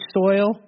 soil